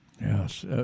Yes